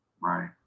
Right